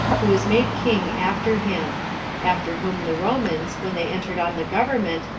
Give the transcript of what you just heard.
who was made king after him after whom the romans, when they entered on the government,